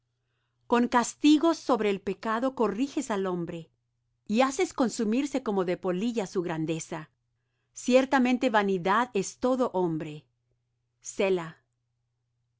con castigos sobre el pecado corriges al hombre y haces consumirse como de polilla su grandeza ciertamente vanidad es todo hombre